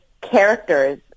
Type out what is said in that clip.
characters